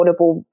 affordable